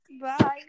Bye